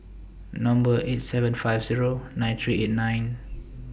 Number eight seven five Zero nine three eight nine